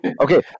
Okay